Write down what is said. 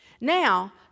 Now